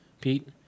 Pete